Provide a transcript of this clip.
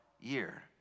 year